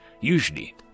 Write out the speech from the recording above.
Usually